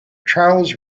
charles